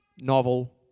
novel